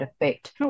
Effect